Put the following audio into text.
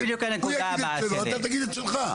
הוא יגיד את שלו ואתה תגיד את שלך.